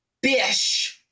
bish